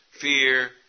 fear